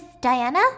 Diana